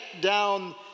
down